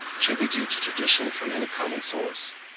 should be due to tradition from any common source.